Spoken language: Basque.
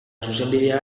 zuzenbidea